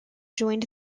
joined